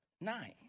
Nine